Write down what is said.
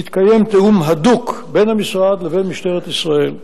יתקיים תיאום הדוק בין המשרד לבין משטרת ישראל.